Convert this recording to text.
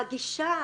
הגישה,